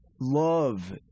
love